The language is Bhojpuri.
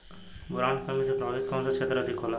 बोरान के कमी से प्रभावित कौन सा क्षेत्र अधिक होला?